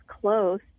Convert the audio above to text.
close